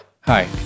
Hi